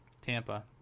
tampa